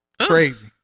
crazy